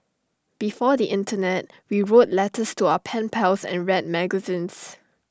before the Internet we wrote letters to our pen pals and read magazines